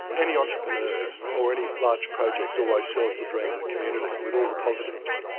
any entrepreneur or any large project always sells the dream to the community with all the positives.